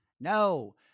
No